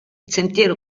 sentiero